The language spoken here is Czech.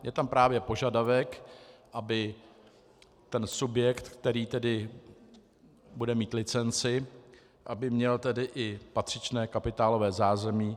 Je tam právě požadavek, aby subjekt, který tedy bude mít licenci, měl i patřičné kapitálové zázemí.